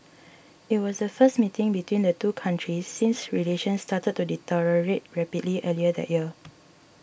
it was the first meeting between the two countries since relations started to deteriorate rapidly earlier that year